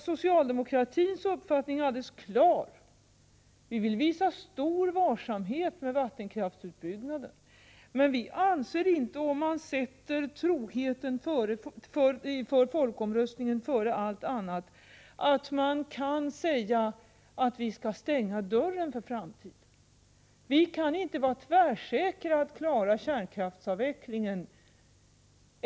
Socialdemokratins uppfattning är alldeles klar: vi vill visa stor varsamhet med vattenkraftsutbyggnaden, men vi anser inte, om man sätter troheten 'mot folkomröstningen före allt annat, att man kan säga att vi skall stänga (dörren för framtiden.